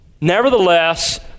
nevertheless